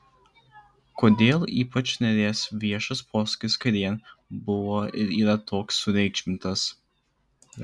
kodėl ypač nėries viešas posūkis kairėn buvo ir yra toks sureikšmintas